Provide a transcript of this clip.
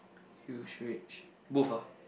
huge rage both ah